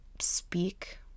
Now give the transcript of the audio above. speak